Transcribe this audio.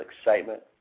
excitement